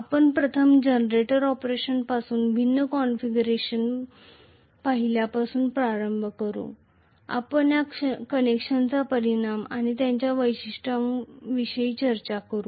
आपण प्रथम जनरेटर ऑपरेशनपासून भिन्न कॉन्फिगरेशन पाहिल्यापासून प्रारंभ करू आपण या कनेक्शनचे परिणाम आणि त्याच्या वैशिष्ट्यांविषयी चर्चा करू